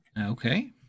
Okay